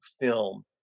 film